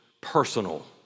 personal